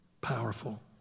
Powerful